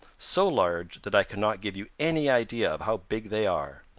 so large that i cannot give you any idea of how big they are.